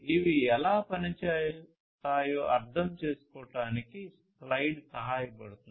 ఇవి ఎలా పనిచేస్తాయో అర్థం చేసుకోవడానికి స్లయిడ్ సహాయపడుతుంది